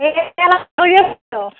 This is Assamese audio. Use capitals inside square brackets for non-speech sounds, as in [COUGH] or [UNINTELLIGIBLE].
[UNINTELLIGIBLE]